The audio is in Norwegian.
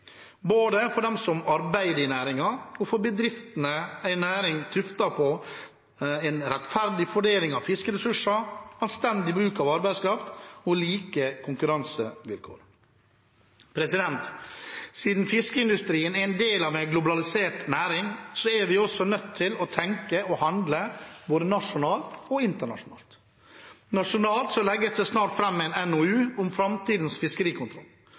både for dem som arbeider i næringen, og for bedriftene – en næring tuftet på rettferdig fordeling av fiskeressurser, anstendig bruk av arbeidskraft og like konkurransevilkår. Siden fiskeindustrien er en del av en globalisert næring, er vi også nødt til å tenke og handle både nasjonalt og internasjonalt. Nasjonalt legges det snart fram en NOU om framtidens fiskerikontroll.